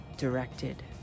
directed